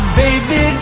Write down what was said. baby